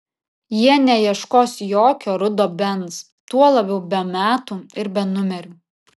jie neieškos jokio rudo benz tuo labiau be metų ir be numerių